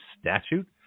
statute